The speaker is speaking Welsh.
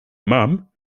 mam